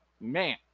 man